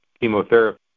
chemotherapy